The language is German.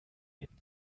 den